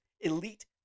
elite